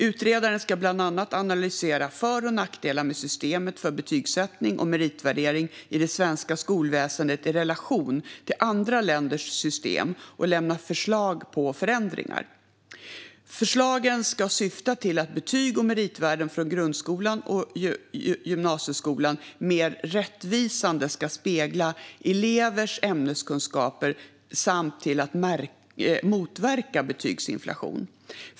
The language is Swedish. Utredaren ska bland annat analysera för och nackdelar med systemet för betygsättning och meritvärdering i det svenska skolväsendet i relation till andra länders system och lämna förslag på förändringar. Förslagen ska syfta till att betyg och meritvärden från grundskolan och gymnasieskolan mer rättvisande ska spegla elevers ämneskunskaper samt till att motverka betygsinflation.